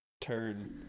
turn